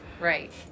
Right